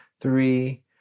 three